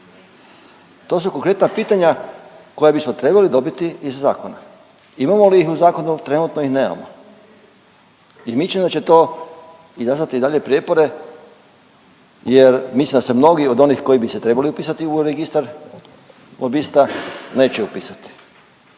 To su konkretna pitanja koja bismo trebali dobiti iz zakona. Imamo li ih u zakonu? Trenutno ih nemamo. I mislim da će to izazvati i dalje prijepore jer mislim da se mnogi od onih koji bi se trebali upisati u registar lobista neće upisati.